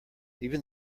even